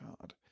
God